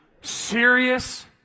serious